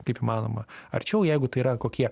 kaip įmanoma arčiau jeigu tai yra kokie